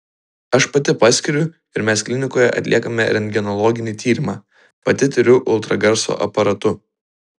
aš pati paskiriu ir mes klinikoje atliekame rentgenologinį tyrimą pati tiriu ultragarso aparatu